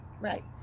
Right